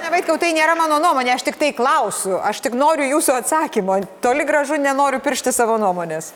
ne vaitkau tai nėra mano nuomonė aš tiktai klausiu aš tik noriu jūsų atsakymo toli gražu nenoriu piršti savo nuomonės